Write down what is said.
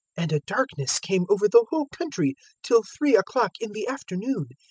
and a darkness came over the whole country till three o'clock in the afternoon.